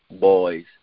boys